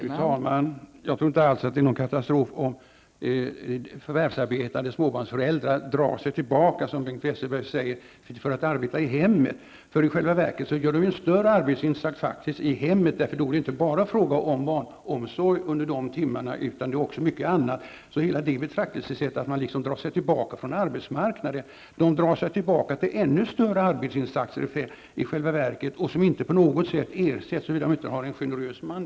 Fru talman! Jag tror inte alls att det är någon katastrof om förvärvsarbetande småbarnsföräldrar drar sig tillbaka -- som Bengt Westerberg uttryckte saken -- för att arbeta i hemmet. I själva verket gör de en större arbetsinsats i hemmet. Det är ju inte bara fråga om barnomsorg, utan också om mycket annat. Man kan inte betrakta det som att dessa småbarnsföräldrar drar sig tillbaka från arbetsmarknaden, utan i själva verket drar de sig tillbaka för att utföra ännu större arbetsinsatser, som inte ersätts på något sätt, såvida inte dessa mammor har en generös man.